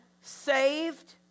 saved